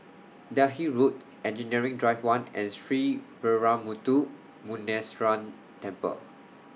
Delhi Road Engineering Drive one and Sree Veeramuthu Muneeswaran Temple